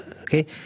okay